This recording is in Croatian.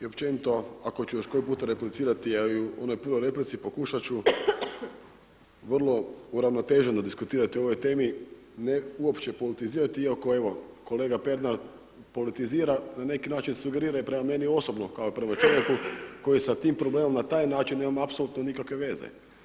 i općenito ako ću još koji puta replicirati, a i u onoj prvoj replici pokušat ću vrlo uravnoteženo diskutirati o ovoj temi ne uopće politizirati iako evo kolega Pernar politizira, na neki način sugerira i prema meni osobno kao prema čovjeku koji sa tim problemom na taj način nemam apsolutno nikakve veze.